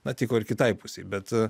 na tiko ir kitai pusei bet